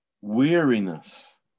Weariness